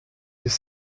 les